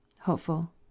hopeful